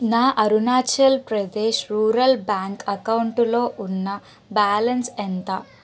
నా Arunachal Pradesh rural bank అకౌంటులో ఉన్న బ్యాలన్స్ ఎంత